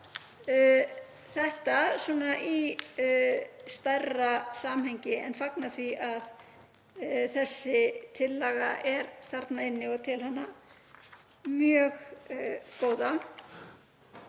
þetta svona í stærra samhengi en fagna því að þessi tillaga er þarna inni og tel hana mjög góða.